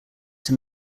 him